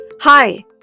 Hi